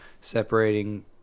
separating